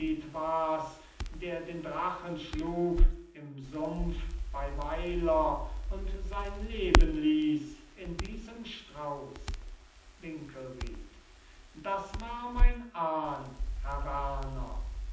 der den drachen schlug im sumpf bei weiler und sein leben liess in diesem strauss winkelried das war mein ahn herr